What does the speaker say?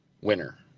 winner